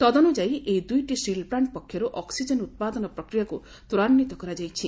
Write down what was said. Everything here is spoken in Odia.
ତଦନୂଯାୟୀ ଏହି ଦୁଇଟି ଷ୍ଟିଲ୍ ପ୍ଲାଶ୍ ପକ୍ଷରୁ ଅକ୍ବିଜେନ୍ ଉପାଦନ ପ୍ରକ୍ରିୟାକୁ ତ୍ୱରାନ୍ୱିତ କରାଯାଇଛି